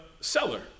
seller